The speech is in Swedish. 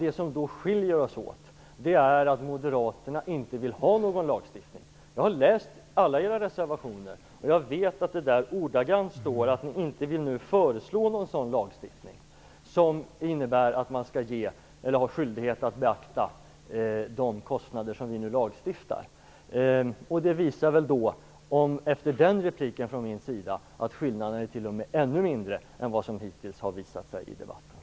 Det som skiljer oss åt är att Moderaterna inte vill ha någon lagstiftning. Jag har läst alla era reservationer, och jag vet att det där ordagrant står att man nu inte vill föreslå någon lagstiftning som innebär en skyldighet att beakta de kostnader som vi nu fattar beslut om. Efter den här repliken från min sida är det väl då klart att skillnaderna t.o.m. är ännu mindre än vad som hittills har visat sig i debatten.